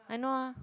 I know ah